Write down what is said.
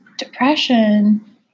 Depression